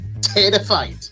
terrified